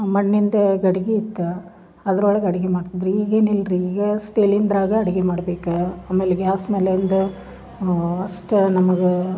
ಮಣ್ಣಿಂದ ಗಡ್ಗಿ ಇತ್ತು ಅದ್ರೊಳಗೆ ಅಡ್ಗಿ ಮಾಡ್ತಿದ್ದರು ಈಗೇನು ಇಲ್ಲ ರೀ ಈಗ ಸ್ಟೇಲಿಂಗ್ದ್ರಾಗ ಅಡ್ಗಿ ಮಾಡ್ಬೇಕ ಆಮೇಲೆ ಗ್ಯಾಸ್ ಮೇಲೆ ಒಂದು ಅಷ್ಟ ನಮಗೆ